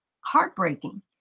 heartbreaking